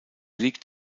liegt